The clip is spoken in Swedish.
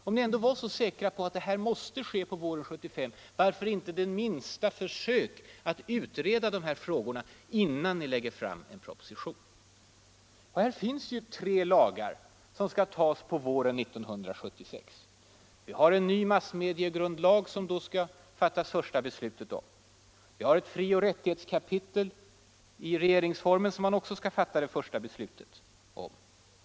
Om ni ändå varit så säkra på att det här måste ske på våren 1975 — varför har ni inte gjort det minsta försök att utreda dessa frågor innan ni lägger fram en proposition? Här finns ju tre lagar som skall antas på våren 1976. Vi har en ny massmediegrundlag som man då skall fatta det första beslutet om. Vi har ett frioch rättighetskapitel i regeringsformen som man också skall fatta det första beslutet om.